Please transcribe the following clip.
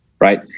right